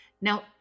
Now